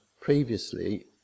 previously